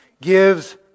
gives